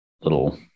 little